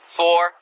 four